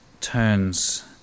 turns